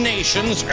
Nations